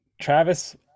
Travis